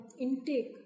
intake